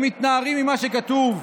הם מתנערים ממה שכתוב.